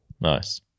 Nice